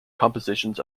compositions